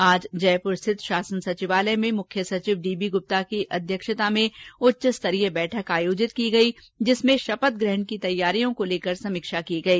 आज जयपुर स्थित शासन सचिवालय में मुख्य सचिव डीबी गुप्ता की अध्यक्षता में एक उच्चस्तरीय बैठक आयोजित की गई जिसमें शपथग्रहण की तैयारियों को लेकर समीक्षा की गई